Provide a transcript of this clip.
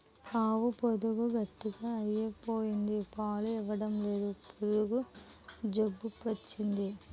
ఆవు పొదుగు గట్టిగ అయిపోయింది పాలు ఇవ్వడంలేదు పొదుగు జబ్బు వచ్చింది